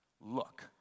look